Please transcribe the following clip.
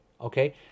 Okay